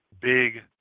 big